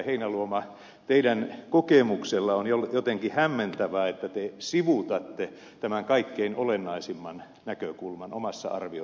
heinäluoma teidän kokemuksellanne on jotenkin hämmentävää että te sivuutatte tämän kaikkein olennaisimman näkökulman omassa arvioinnissanne